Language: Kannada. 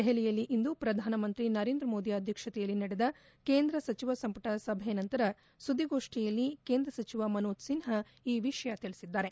ದೆಹಲಿಯಲ್ಲಿ ಇಂದು ಶ್ರಧಾನಮಂತ್ರಿ ನರೇಂದ್ರಮೋದಿ ಅಧ್ಯಕ್ಷತೆಯಲ್ಲಿ ನಡೆದ ಕೇಂದ್ರ ಸಚಿವ ಸಂಪುಟ ಸಭೆಯ ನಂತರ ಸುದ್ದಿಗೋಷ್ಠಿಯಲ್ಲಿ ಕೇಂದ್ರ ಸಚಿವ ಮನೋಜ್ ಸಿಹ್ವಾ ಈ ವಿಷಯ ತಿಳಿಸಿದ್ದಾರೆ